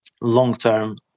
long-term